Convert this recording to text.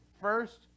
first